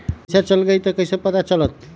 पैसा चल गयी कैसे पता चलत?